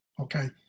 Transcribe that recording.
okay